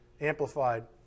Amplified